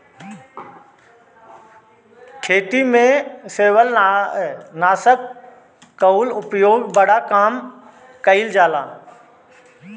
खेती में शैवालनाशक कअ उपयोग बड़ा कम कइल जाला